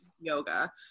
yoga